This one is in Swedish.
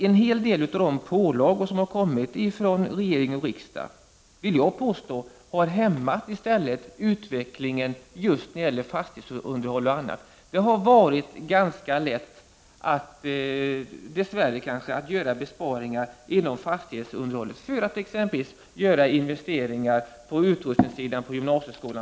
En hel del av de pålagor som har kommit från regering och riksdag har, vill jag påstå, i stället hämmat utvecklingen just när det gäller fastighetsunderhåll. Det har varit ganska lätt, dess värre, att göra besparingar inom fastighetsunderhåll för att exempelvis göra investeringar på utrustningssidan på gymnasieskolan.